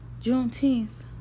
Juneteenth